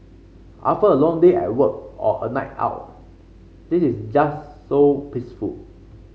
after a long day at work or a night out this is just so peaceful